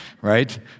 right